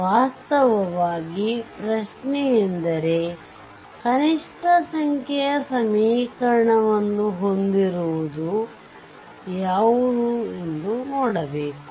ವಾಸ್ತವವಾಗಿ ಪ್ರಶ್ನೆಯೆಂದರೆ ಕನಿಷ್ಠ ಸಂಖ್ಯೆಯ ಸಮೀಕರಣವನ್ನು ಹೊಂದಿರುವುದು ಯಾವುದು ಎಂದು ನೋಡಬೇಕು